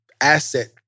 asset